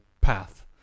path